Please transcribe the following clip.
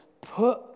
put